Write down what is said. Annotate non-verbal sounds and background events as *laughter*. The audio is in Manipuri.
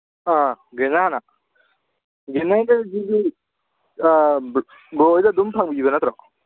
ꯑ ꯒꯦꯅꯔꯅ ꯒ꯭ꯔꯦꯅꯔ *unintelligible* ꯕ꯭ꯔꯣ ꯍꯣꯏꯗ ꯑꯗꯨꯝ ꯐꯪꯕꯤꯕ ꯅꯠꯇ꯭ꯔꯣ